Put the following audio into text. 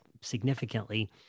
significantly